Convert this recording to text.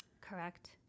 Correct